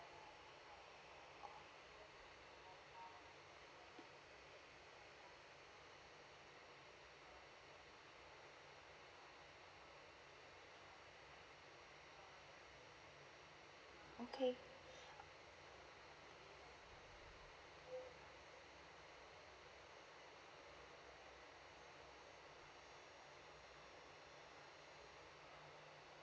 okay